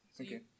Okay